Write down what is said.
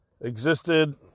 existed